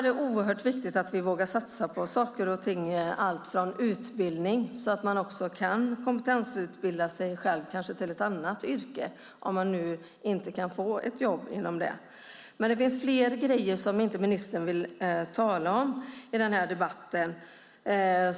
Det är viktigt att vi vågar satsa på sådant som utbildning så att man kanske kan kompetensutbilda sig till ett annat yrke. Det är fler saker som regeringen har gjort och som ministern inte vill tala om i den här debatten.